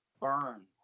burn